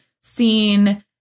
seen